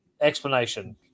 explanation